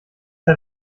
hat